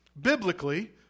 biblically